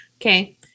Okay